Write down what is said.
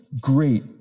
great